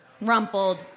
rumpled